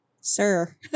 sir